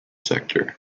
sector